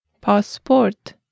Passport